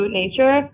nature